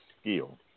skill